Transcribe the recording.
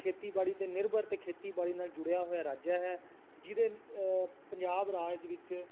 ਖੇਤੀਬਾੜੀ 'ਤੇ ਨਿਰਭਰ ਅਤੇ ਖੇਤੀਬਾੜੀ ਨਾਲ ਜੁੜਿਆ ਹੋਇਆ ਰਾਜ ਹੈ ਜਿਹਦੇ ਪੰਜਾਬ ਰਾਜ ਦੇ ਵਿੱਚ